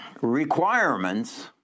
requirements